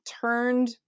turned